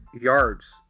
yards